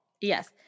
Yes